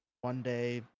one-day